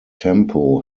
tempo